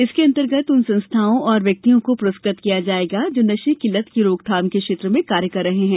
इसके अंतर्गत उन संस्थाओं और व्यक्तियों को पुरस्कृत किया जाएगा जो नशे की लत की रोकथाम के क्षेत्र में कार्य कर रहे हैं